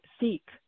seek